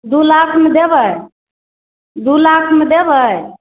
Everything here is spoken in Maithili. दू लाखमे देबै दू लाखमे देबै